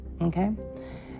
okay